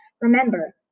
Remember